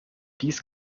dies